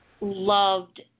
loved